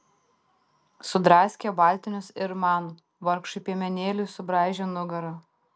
sudraskė baltinius ir man vargšui piemenėliui subraižė nugarą